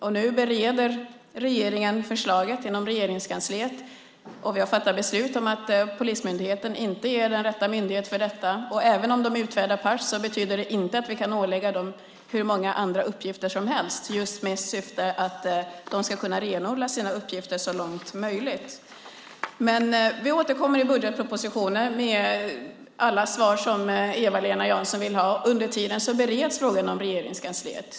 Nu bereder regeringen förslaget inom Regeringskansliet. Vi har fattat beslut om att polismyndigheten inte är den rätta myndigheten för detta. Även om de utfärdar pass betyder det inte att vi kan ålägga dem hur många andra uppgifter som helst, för syftet är att de ska kunna renodla sina uppgifter så långt möjligt. Vi återkommer i budgetpropositionen med alla svar som Eva-Lena Jansson vill ha. Under tiden bereds frågan i Regeringskansliet.